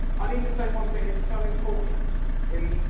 i need to say one thing, and it's so important in,